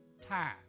time